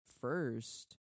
first